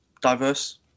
diverse